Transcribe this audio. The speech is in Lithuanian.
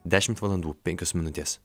dešimt valandų penkios minutės